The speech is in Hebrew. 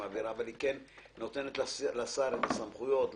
והיא נותנת לשר את הסמכויות להוסיף,